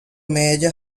major